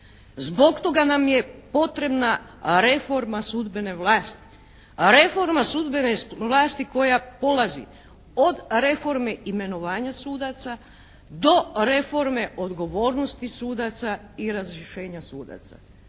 reforma sudbene vlasti. Reforma sudbene vlasti koja polazi od reforme imenovanja sudaca, do reforme odgovornosti sudaca i razrješenja sudaca.